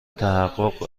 تحقق